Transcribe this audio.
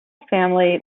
family